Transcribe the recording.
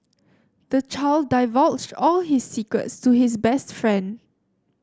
the child divulged all his secrets to his best friend